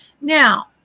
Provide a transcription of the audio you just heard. Now